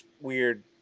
weird